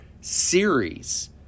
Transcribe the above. series